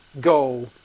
go